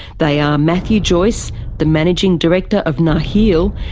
they are matthew joyce the managing director of nakheel,